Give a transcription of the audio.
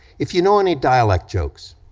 if you know any dialect jokes,